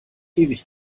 ewig